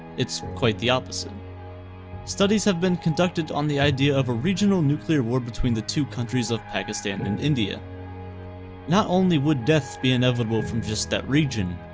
it's quite the opposite studies have been conducted on the idea of a regional nuclear war between the two countries of pakistan and india not only would deaths be inevitable from just that region.